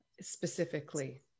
specifically